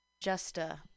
Justa